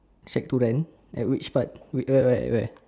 shack to rent at which part whe~ where where where